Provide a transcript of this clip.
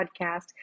podcast